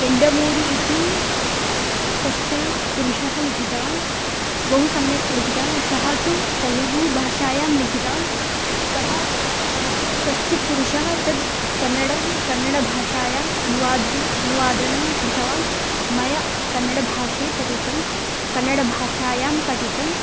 येण्डमूरिः इति कश्चनः पुरुषः लिखितवान् बहु सम्यक् लिखितवान् सः तु तेलुगूभाषायां लिखितवान् कः कश्चित् पुरुषः तद् कन्नडं कन्नडभाषायाम् अनुवादम् अनुवादनं कृतवान् मया कन्नडभाषे पठितं कन्नडभाषायां पठितम्